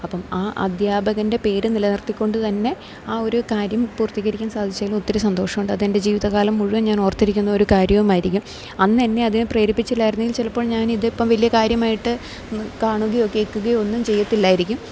അപ്പം ആ അദ്ധ്യാപകന്റെ പേര് നിലനിർത്തി കൊണ്ട് തന്നെ ആ ഒരു കാര്യം പൂർത്തികരിക്കൻ സാധിച്ചതിൽ ഒത്തിരി സന്തോഷമുണ്ട് അത് എൻ്റെ ജീവിതകാലം മുഴുവൻ ഞാൻ ഓർത്തിരിക്കുന്ന ഒരു കാര്യവും ആയിരിക്കും അന്ന് എന്നെ അതിന് പ്രേരിപ്പിച്ചില്ല ആയിരുന്നെങ്കില് ചിലപ്പോൾ ഞാൻ ഇതിപ്പം വലിയ കാര്യമായിട്ട് കാണുകയോ കേൾക്കുകയോ ഒന്നും ചെയ്യത്തില്ലായിരിക്കും